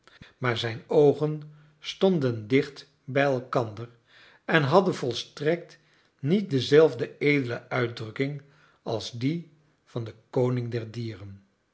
maar zijn oogen stonden dicht bij elkander en hadden volstrekt niet dezelfde edele uitdrukking als die van den koning der dieren